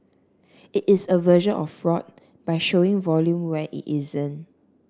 it is a version of fraud by showing volume where it isn't